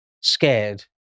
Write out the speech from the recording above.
scared